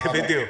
בדיוק.